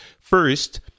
first